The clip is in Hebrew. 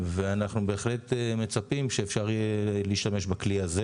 ואנחנו בהחלט מצפים שאפשר יהיה להשתמש בכלי הזה